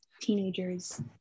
teenagers